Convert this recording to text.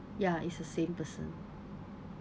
ya it's the same person